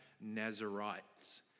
Nazarites